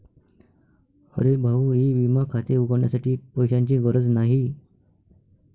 अरे भाऊ ई विमा खाते उघडण्यासाठी पैशांची गरज नाही